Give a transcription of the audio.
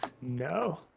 No